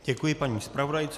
Děkuji paní zpravodajce.